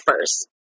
first